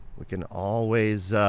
we can always